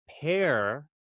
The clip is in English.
pair